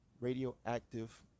radioactive